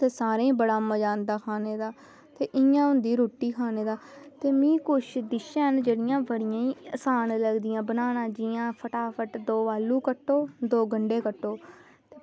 ते सारें ई बड़ा मज़ा आंदा खानै दा ते इंया होंदा रुट्टी खाने दा ते मिगी कुछ डिशां हैन जेह्ड़ियां बड़ियां ई आसान लगदियां ते जियां फटाफट दो आलू कट्टो दौ गंढे कट्टो